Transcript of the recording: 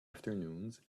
afternoons